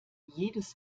jedes